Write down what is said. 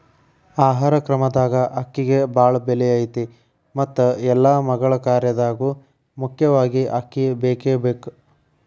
ಆಹಾರ ಕ್ರಮದಾಗ ಅಕ್ಕಿಗೆ ಬಾಳ ಬೆಲೆ ಐತಿ ಮತ್ತ ಎಲ್ಲಾ ಮಗಳ ಕಾರ್ಯದಾಗು ಮುಖ್ಯವಾಗಿ ಅಕ್ಕಿ ಬೇಕಬೇಕ